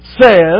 says